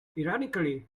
ironically